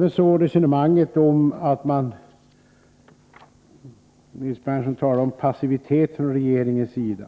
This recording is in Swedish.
Nils Berndtson talade om passivitet från regeringens sida.